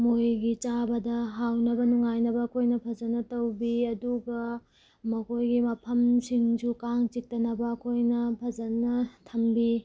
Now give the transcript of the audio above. ꯃꯣꯏꯒꯤ ꯆꯥꯕꯗ ꯍꯥꯎꯅꯕ ꯅꯨꯡꯉꯥꯏꯅꯕ ꯑꯩꯈꯣꯏꯅ ꯐꯖꯅ ꯇꯧꯕꯤ ꯑꯗꯨꯒ ꯃꯈꯣꯏꯒꯤ ꯃꯐꯝꯁꯤꯡꯁꯨ ꯀꯥꯡ ꯆꯤꯛꯇꯅꯕ ꯑꯩꯈꯣꯏꯅ ꯐꯖꯅ ꯊꯝꯕꯤ